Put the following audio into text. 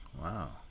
Wow